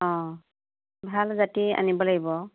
অঁ ভাল জাতি আনিব লাগিব